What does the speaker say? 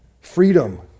Freedom